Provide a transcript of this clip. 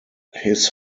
his